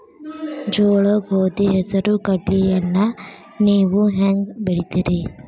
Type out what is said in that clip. ಜೋಳ, ಗೋಧಿ, ಹೆಸರು, ಕಡ್ಲಿಯನ್ನ ನೇವು ಹೆಂಗ್ ಬೆಳಿತಿರಿ?